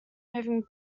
moving